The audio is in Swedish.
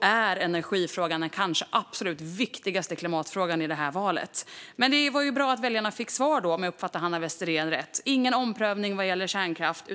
är energifrågan kanske den absolut viktigaste klimatfrågan i det här valet. Men det var ju bra att väljarna fick svar, om jag uppfattade Hanna Westerén rätt: ingen omprövning vad gäller kärnkraft.